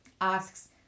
Asks